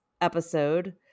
episode